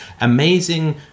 amazing